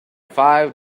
five